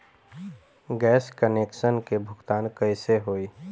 Gas connection के भुगतान कैसे होइ?